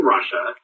Russia